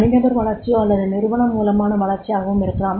தனிநபர் வளர்ச்சியோ அல்லது நிறுவனம் மூலமான வளர்ச்சியாகவும் இருக்கலாம்